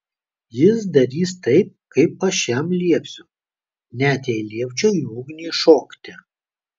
jis darys taip kaip aš jam liepsiu net jei liepčiau į ugnį šokti